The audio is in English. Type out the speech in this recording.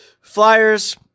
Flyers